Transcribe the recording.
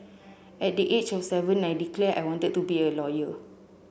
at the age of seven I declared I wanted to be a lawyer